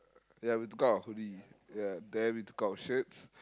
ya we took out our hoodie ya then we took out our shirts